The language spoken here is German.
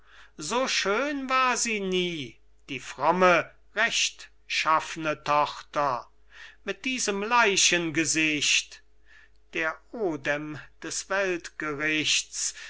so schön war sie nie die fromme rechtschaffene tochter mit diesem leichengesicht der odem des